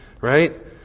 right